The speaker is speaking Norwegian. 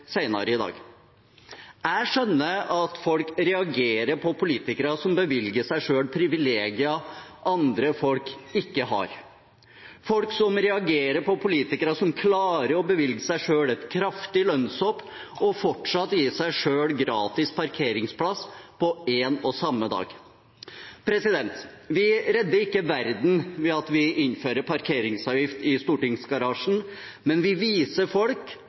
senere i dag. Jeg skjønner at folk reagerer på politikere som bevilger seg selv privilegier andre folk ikke har, folk som reagerer på politikere som klarer å bevilge seg selv et kraftig lønnshopp og fortsatt gir seg selv gratis parkeringsplass på en og samme dag. Vi redder ikke verden ved at vi innfører parkeringsavgift i stortingsgarasjen, men vi viser folk